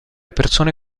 persone